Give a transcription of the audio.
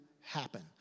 happen